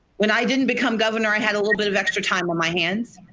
when i didn't become governor i had a little bit of extra time on my hands.